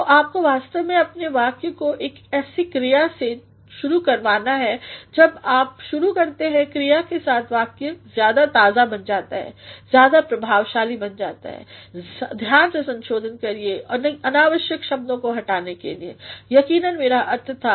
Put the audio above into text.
तो आपको वास्तव में अपने वाक्य को एक क्रिया से शुरू करवाना है जब आप शुरू करते हैं क्रिया के साथ वाक्य ज्यादा ताज़ा बन जाता है ज्यादा प्रभावशाली बन जाता है ध्यान से संशोधन करिए अनावश्यक शब्दों को हटाने के लिए यकीनन यही मेरा अर्थ था